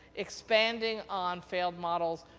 expanding on failed models,